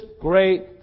great